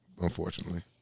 Unfortunately